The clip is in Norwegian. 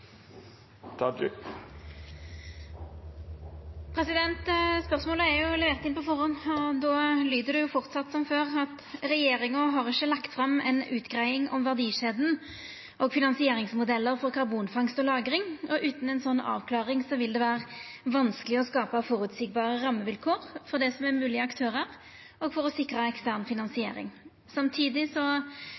her. Spørsmålet er levert inn på førehand, og det lyder framleis: «Regjeringa har ikkje lagt fram ei utreiing om verdikjeden og finansieringsmodellar for karbonfangst og -lagring. Utan ei slik avklaring er det vanskeleg å skape føreseielege rammevilkår for moglege aktørar og sikre ekstern finansiering.